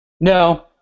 No